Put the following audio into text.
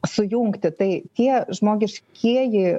sujungti tai tie žmogiškieji